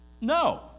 No